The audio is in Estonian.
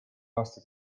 aasta